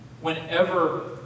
Whenever